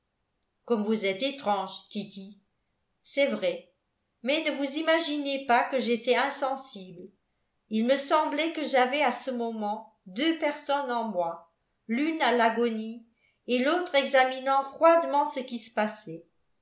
comme vous êtes étrange kitty c'est vrai mais ne vous imaginez pas que j'étais insensible il me semblait que j'avais à ce moment deux personnes en moi l'une à l'agonie et l'autre examinant froidement ce qui se passait